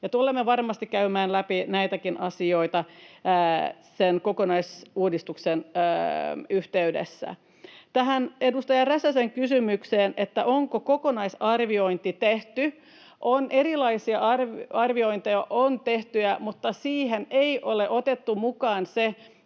tulemme varmasti käymään läpi näitäkin asioita sen kokonaisuudistuksen yhteydessä. Tähän edustaja Räsäsen kysymykseen, onko kokonaisarviointi tehty: Erilaisia arviointeja on tehty, mutta siihen ei ole otettu mukaan sitä,